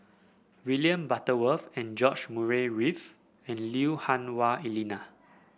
William Butterworth George Murray Reith and Lui Hah Wah Elena